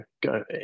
go